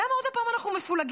למה עוד פעם אנחנו מפולגים?